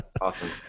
Awesome